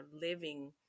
living